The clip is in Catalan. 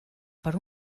per